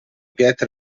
pietra